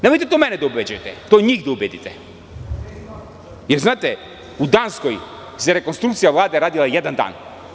Nemojte to mene da ubeđujete, to njih da ubedite, jer znate u Danskoj se rekonstrukcija Vlade radila jedan dan.